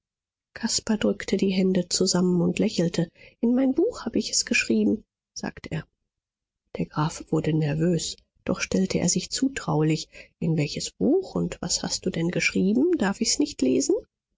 caspar drückte die hände zusammen und lächelte in mein buch hab ich's geschrieben sagte er der graf wurde nervös doch stellte er sich zutraulich in welches buch und was hast du denn geschrieben darf ich's nicht lesen